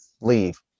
leave